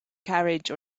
carriage